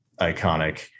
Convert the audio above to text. iconic